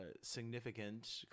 significant